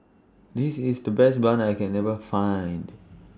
This IS The Best Bun that I Can never Find